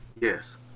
yes